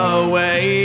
away